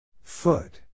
Foot